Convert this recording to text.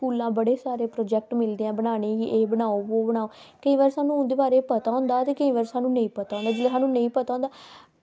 ते स्कूला बहुत सारे प्रोजेक्ट मिलदे आं बनाने गी कि एह् बनाओ ओह् बनाओ केईं बारी स्हानू उंदे बारै ई पता होंदा केईं बारी स्हानू नेईं पता होंदा